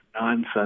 nonsense